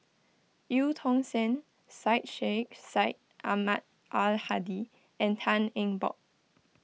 Eu Tong Sen Syed Sheikh Syed Ahmad Al Hadi and Tan Eng Bock